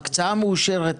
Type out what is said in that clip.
ההקצאה מאושרת,